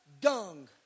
dung